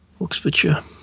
Oxfordshire